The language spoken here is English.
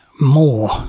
more